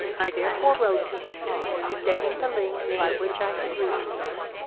i therefore wrote to him stating the links by which i had reached him,